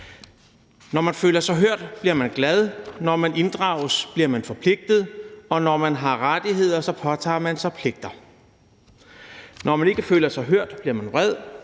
Når man føler sig hørt, bliver man glad, når man inddrages, bliver man forpligtet, og når man har rettigheder, påtager man sig pligter. Når man ikke føler sig hørt, bliver man vred,